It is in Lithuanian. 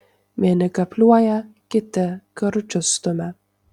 vieni kapliuoja kiti karučius stumia